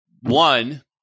One